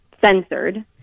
censored